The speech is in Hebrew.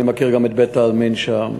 אני מכיר גם את בית-העלמין שם.